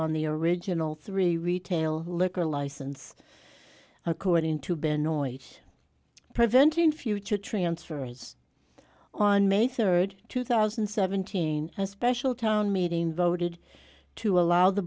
on the original three retail liquor license according to benoit preventing future transfers on may third two thousand and seventeen a special town meeting voted to allow the